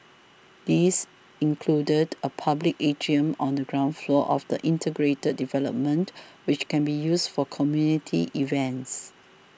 these included a public atrium on the ground floor of the integrated development which can be used for community events